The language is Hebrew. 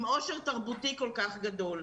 עם עושר תרבותי כל כך גדול.